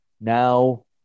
now